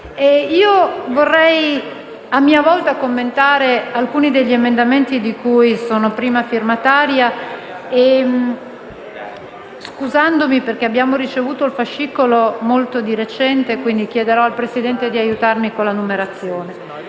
io vorrei a mia volta commentare alcuni degli emendamenti di cui sono prima firmataria, scusandomi perché abbiamo ricevuto il fascicolo molto di recente, quindi chiederò al Presidente di aiutarmi con la numerazione.